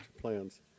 plans